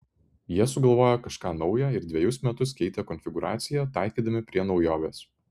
jie sugalvojo kažką nauja ir dvejus metus keitė konfigūraciją taikydami prie naujovės